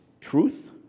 truth